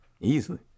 easily